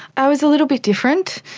i was a little bit different.